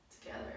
together